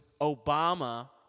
Obama